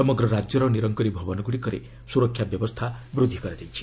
ସମଗ୍ର ରାଜ୍ୟର ନିରଙ୍କରୀ ଭବନଗୁଡ଼ିକରେ ସୁରକ୍ଷା ବ୍ୟବସ୍ଥା ବୃଦ୍ଧି କରାଯାଇଛି